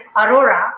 Aurora